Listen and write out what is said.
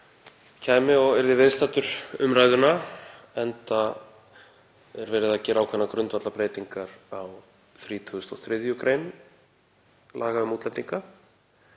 kæmi og yrði viðstaddur umræðuna enda er verið að gera ákveðnar grundvallarbreytingar á 33. gr. laga um útlendinga,